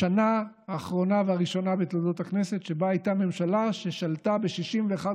בשנה הראשונה והאחרונה בתולדות הכנסת שבה הייתה ממשלה ששלטה ב-59:61.